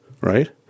right